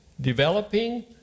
developing